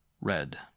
red